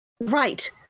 Right